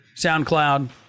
SoundCloud